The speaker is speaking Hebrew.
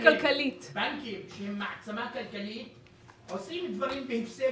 בנקים שהם מעצמה כלכלית עושים דברים בהפסד